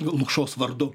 lukšos vardu